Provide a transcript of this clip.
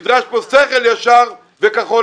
נדרש פה שכל ישר וכחול-לבן.